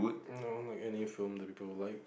no like any film that people will like